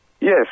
Yes